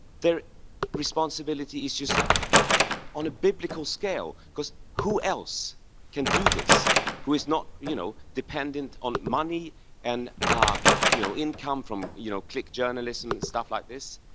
their responsibility is just on a biblical scale. because who else can do this who is not, you know, dependent on money and um you know income from, you know, click journalism and stuff like this.